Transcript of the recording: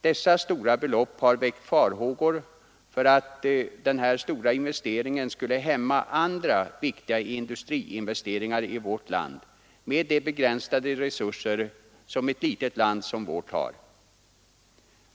Dessa stora belopp har väckt farhågor för att denna stora investering skulle hämma andra viktiga industriinvesteringar i vårt land med de begränsade resurser som ett litet land som vårt har.